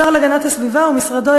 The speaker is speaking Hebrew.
השר להגנת הסביבה ומשרדו,